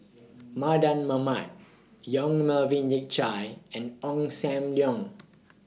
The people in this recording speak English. Mardan Mamat Yong Melvin Yik Chye and Ong SAM Leong